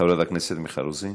חברת הכנסת מיכל רוזין,